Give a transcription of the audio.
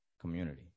community